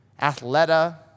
Athleta